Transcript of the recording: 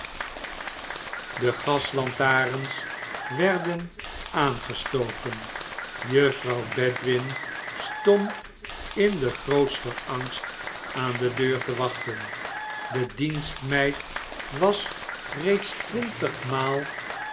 de gaslantaarns werden aangestoken juffrouw bedwin stond in den grootsten angst aan de deur te wachten de dienstmeid was reeds twintigmaal